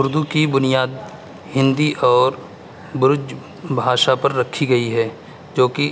اردو کی بنیاد ہندی اور برج بھاشا پر رکھی گئی ہے جو کہ